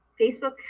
Facebook